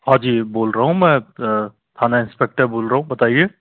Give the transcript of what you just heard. हाँ जी बोल रहा हूँ मैं थाना इंस्पेक्टर बोल रहा हूँ बताइए